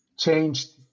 Changed